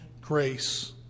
grace